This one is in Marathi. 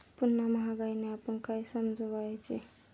पुन्हा महागाईने आपण काय समजायचे?